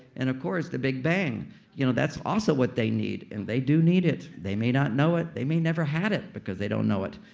and of course, the big bang you know that's also what they need and they do need it. they may not know it. they may have never had it because they don't know it.